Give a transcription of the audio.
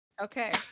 Okay